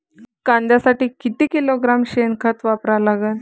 कांद्यासाठी किती किलोग्रॅम शेनखत वापरा लागन?